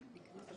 כן.